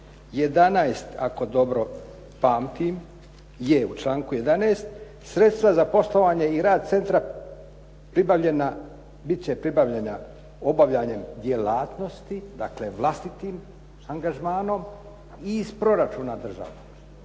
11. ako dobro pamtim, je u članku 11. sredstva za poslovanje i rad centra pribavljena, bit će pribavljena obavljanjem djelatnosti, dakle vlastitim angažmanom i iz proračuna državnog.